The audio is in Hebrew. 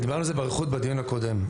לא, דיברנו על זה באריכות בדיון הקודם.